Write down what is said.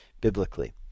biblically